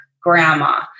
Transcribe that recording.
Grandma